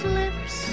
lips